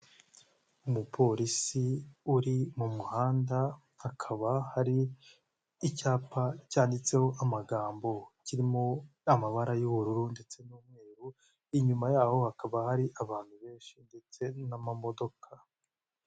Umupolisi uri mu muhanda hakaba hari icyapa cyanditseho amagambo kirimo amabara y'ubururu ndetse n'umweru, inyuma yaho hakaba hari abantu benshi ndetse n'amamodoka.